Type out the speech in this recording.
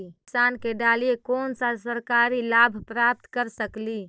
किसान के डालीय कोन सा सरकरी लाभ प्राप्त कर सकली?